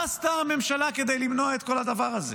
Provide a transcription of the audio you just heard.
מה עשתה הממשלה כדי למנוע את כל הדבר הזה?